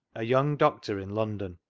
a young doctor in london.